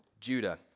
Judah